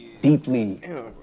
deeply